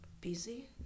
busy